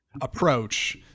approach